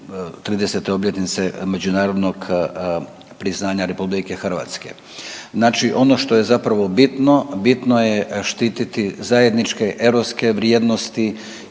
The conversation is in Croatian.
30 obljetnice međunarodnog priznanja RH. Znači ono što je zapravo bitno, bitno je štititi zajedničke europske vrijednosti